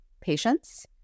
patients